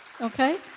okay